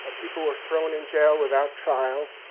ah people were thrown in jail without trial.